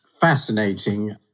fascinating